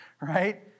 Right